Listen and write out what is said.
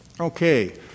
okay